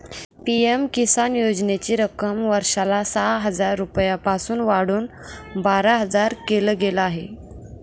PM Kisan योजनेची रक्कम वर्षाला सहा हजार रुपयांपासून वाढवून बारा हजार केल गेलं आहे